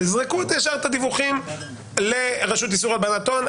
תזרקו את הדיווחים לרשות איסור הלבנת הון,